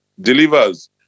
delivers